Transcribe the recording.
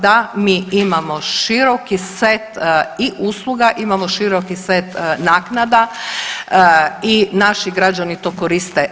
Da, mi imamo široki set i usluga, imamo široki set naknada, i naši građani to koriste.